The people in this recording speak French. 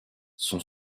son